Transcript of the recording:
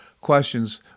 questions